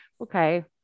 okay